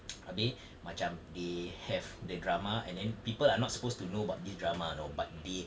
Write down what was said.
habis macam they have the drama and then people are not supposed to know about this drama you know but they